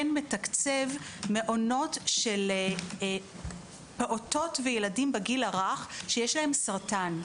מתקצב מעונות של פעוטות וילדים בגיל הרך שיש להם סרטן,